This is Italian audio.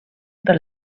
per